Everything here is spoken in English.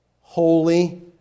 holy